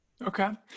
Okay